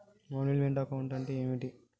Manage meant account అంటే ఏమిటి?